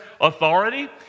authority